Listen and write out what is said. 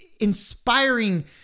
inspiring